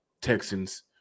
Texans